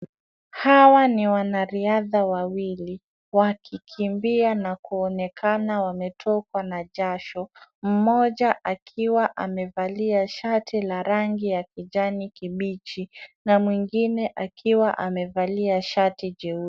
Hawa ni wanariadha wawili wakikimbia na kuonekana wametokwa na jasho. Mmoja akiwa amevalia shati la rangi ya kijani kibichi na mwingine akiwa amevalia shati jeusi.